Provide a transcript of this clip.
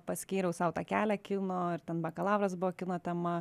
paskyriau sau tą kelią kino ir ten bakalauras buvo kino tema